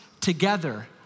together